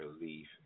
relief